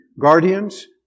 guardians